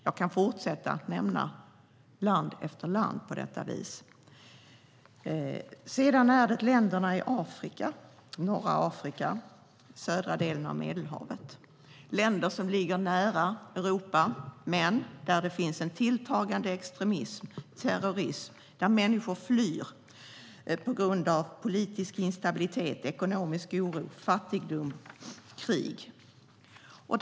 Jag kan fortsätta nämna land efter land på detta vis. Länderna i norra Afrika, i den södra delen av Medelhavsområdet, är länder som ligger nära Europa. Men där finns en tilltagande extremism och terrorism. Människor flyr på grund av politisk instabilitet, ekonomisk oro, fattigdom och krig.